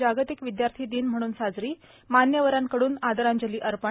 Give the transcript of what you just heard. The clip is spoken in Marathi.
जागतिक विदयार्थी दिन म्हणून साजरी मान्यवरांकडून आदरांजली अर्पण